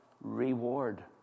reward